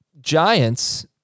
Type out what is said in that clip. Giants